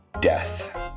death